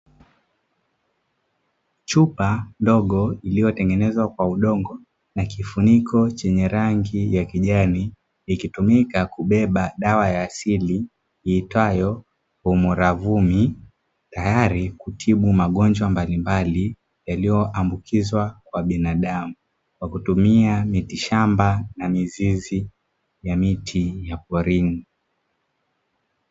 Chupa ndogo iliyotengenezwa kwa udongo na kifuniko chenye rangi ya kijani, ikitumika kubeba dawa ya asili iitwayo "humuravumi", tayari kutibu magonjwa mbalimbali yaliyoambukizwa kwa binadamu, kwa kutumia miti shamba na mizizi ya miti ya porini.